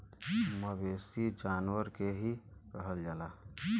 मवेसी जानवर के ही कहल जाला